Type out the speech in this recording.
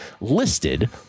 listed